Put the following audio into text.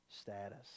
status